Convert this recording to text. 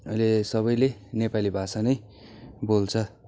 अहिले सबैले नेपाली भाषा नै बोल्छ